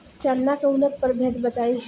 चना के उन्नत प्रभेद बताई?